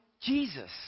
Jesus